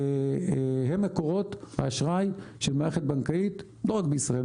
הם מקורות האשראי של מערכת בנקאית לא רק בישראל,